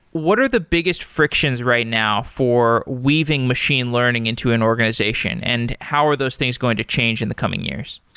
what are the biggest frictions right now for weaving machine learning into an organization and how are those things going to change in the coming years?